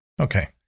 Okay